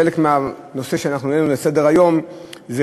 חלק מהנושא שאנחנו העלינו לסדר-היום זה